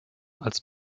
als